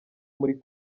muri